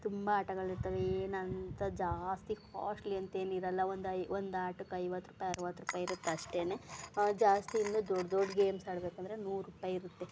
ತುಂಬ ಆಟಗಳಿರ್ತವೆ ಏನಂಥ ಜಾಸ್ತಿ ಕಾಸ್ಟ್ಲಿ ಅಂತೇನಿರೋಲ್ಲ ಒಂದು ಐ ಒಂದಾಟಕ್ಕೆ ಐವತ್ತು ರೂಪಾಯಿ ಅರ್ವತ್ತು ರೂಪಾಯಿ ಇರುತ್ತೆ ಅಷ್ಟೆ ಜಾಸ್ತಿ ಇನ್ನು ದೊಡ್ಡ ದೊಡ್ಡ ಗೇಮ್ಸ್ ಆಡಬೇಕು ಅಂದರೆ ನೂರು ರೂಪಾಯಿ ಇರುತ್ತೆ